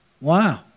Wow